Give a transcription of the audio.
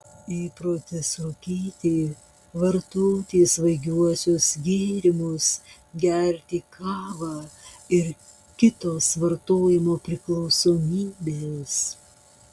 įprotis rūkyti vartoti svaigiuosius gėrimus gerti kavą ir kitos vartojimo priklausomybės